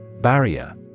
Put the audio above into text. Barrier